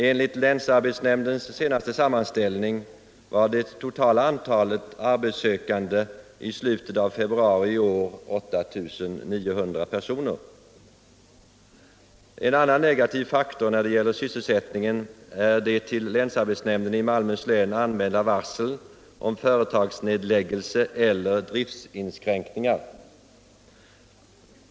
Enligt länsarbetsnämndens senaste sammanställning var det totala antalet arbetssökande i slutet av februari i år 8900 personer. En annan negativ faktor när det gäller sysselsättningen är de till gelse eller driftsinskränkningar.